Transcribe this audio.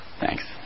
Thanks